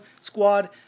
squad